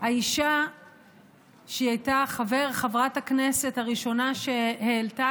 האישה שהייתה חברת הכנסת הראשונה שהעלתה